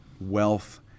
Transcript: wealth